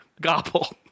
Gobble